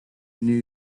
new